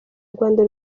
rwanda